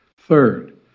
Third